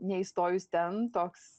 neįstojus ten toks